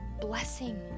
blessing